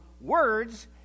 words